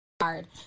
hard